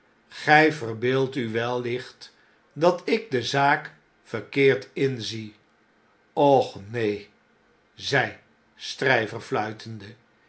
gy verbeeldt u wellicht dat ik de zaak verkeerd inzie b och neen i zei